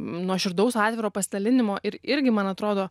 nuoširdaus atviro pasidalinimo ir irgi man atrodo